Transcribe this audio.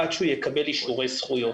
עד שהוא יקבל אישורי זכויות.